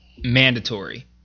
mandatory